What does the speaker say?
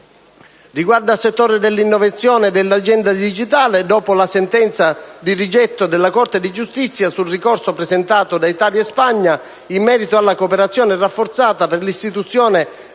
Riguardo al settore dell'innovazione e dell'Agenda digitale, dopo la sentenza di rigetto della Corte di giustizia sul ricorso presentato da Italia e Spagna in merito alla cooperazione rafforzata per l'istituzione di una